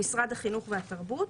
למשרד החינוך והתרבות,